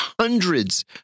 hundreds